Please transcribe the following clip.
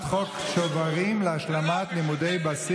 הם נרדמים.